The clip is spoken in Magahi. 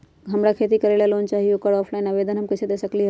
हमरा खेती करेला लोन चाहि ओकर ऑफलाइन आवेदन हम कईसे दे सकलि ह?